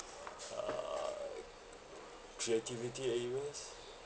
err creativity areas